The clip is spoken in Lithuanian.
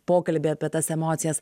pokalbį apie tas emocijas